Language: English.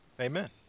Amen